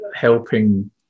helping